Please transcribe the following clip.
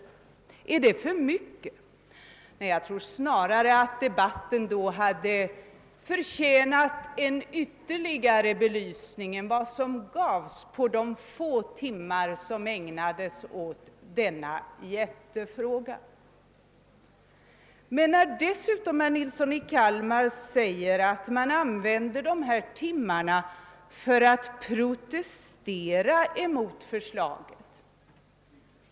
Är det för mycket? Nej, jag tror snarare att denna jättefråga hade förtjänat en ytterligare belysning utöver den som gavs på de timmar som iägnades den. För det andra sade herr Nilsson i Kalmar att vi använde dessa timmar till att protestera mot förslaget.